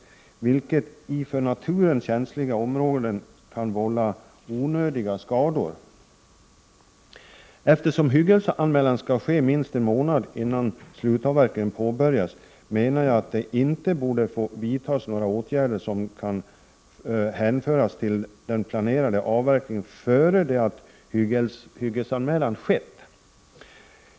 Det kan i för naturen känsliga områden vålla onödiga skador. Eftersom hyggesanmälan skall ske minst en månad innan slutavverkningen påbörjas, menar jag att det innan hyggesanmälan har skett inte borde få vidtas några åtgärder som kan hänföras till den planerade avverkningen.